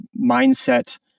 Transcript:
mindset